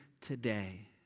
today